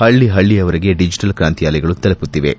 ಹಳ್ಳಪಳ್ಳಿಯವರೆಗೆ digital ಕಾಂತಿಯ ಅಲೆಗಳು ತಲುಪುತ್ತಿವೆ